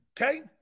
Okay